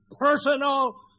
personal